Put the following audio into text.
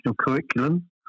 curriculum